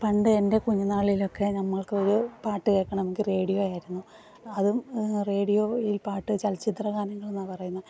പണ്ട് എൻ്റെ കുഞ്ഞുനാളിലൊക്കെ നമ്മൾക്കൊരു പാട്ട് കേൾക്കണമെങ്കിൽ റേഡിയോ ആയിരുന്നു അതും റേഡിയോ ഈ പാട്ട് ചലച്ചിത്ര ഗാനങ്ങളെന്നാണ് പറയുന്നത്